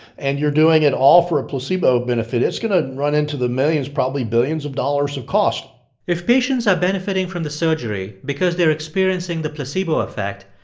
and you're doing it all for a placebo benefit, it's going to run into the millions, probably billions, of dollars of cost if patients are benefiting from the surgery because they're experiencing the placebo effect,